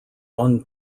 one